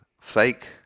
fake